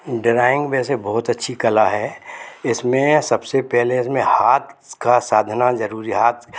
drawing वैसे बहुत अच्छी कला है इसमें सबसे पहले इसमें हाथ का साधना जरुरी हाथ